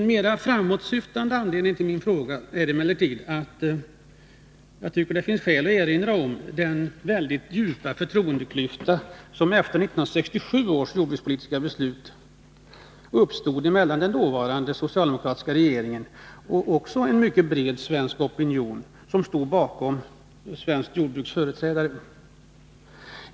En mer framåtsyftande anledning till min fråga är emellertid att jag tycker att det finns skäl att erinra om den väldigt djupa förtroendeklyfta som efter 1967 års jordbrukspolitiska beslut uppstod mellan den dåvarande socialdemokratiska regeringen och — också då — en mycket bred svensk opinion, som stod bakom svenskt jordbruks företrädare.